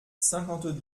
cinquante